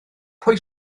pwy